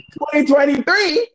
2023